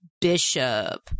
Bishop